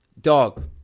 dog